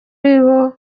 abo